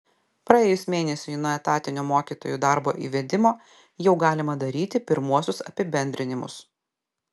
praėjus mėnesiui nuo etatinio mokytojų darbo įvedimo jau galima daryti pirmuosius apibendrinimus